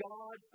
God